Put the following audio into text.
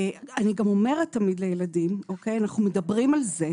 אני גם אומרת תמיד לילדים, אנחנו מדברים על זה.